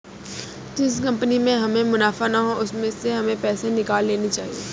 जिस कंपनी में हमें मुनाफा ना हो उसमें से हमें पैसे निकाल लेने चाहिए